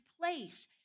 place